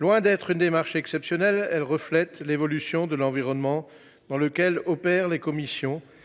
Loin de constituer une démarche exceptionnelle, le présent texte reflète l’évolution de l’environnement dans lequel opèrent les commissions.